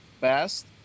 best